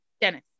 Dennis